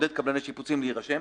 לעודד קבלני שיפוצים להירשם.